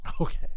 Okay